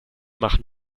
machen